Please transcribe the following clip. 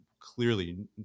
clearly